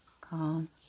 calm